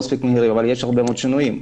אבל יש הרבה מאוד שינויים.